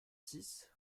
six